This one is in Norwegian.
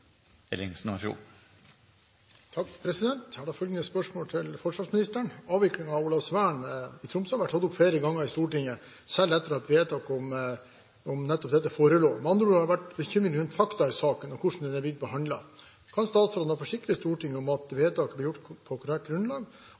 forsvarsministeren: «Avviklingen av Olavsvern i Tromsø har vært tatt opp flere ganger i Stortinget, selv etter at vedtak om nettopp dette forelå. Med andre ord har det vært bekymring rundt fakta i denne saken, og hvordan den er blitt behandlet. Kan statsråden forsikre Stortinget om at vedtaket ble gjort på korrekt grunnlag,